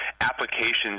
applications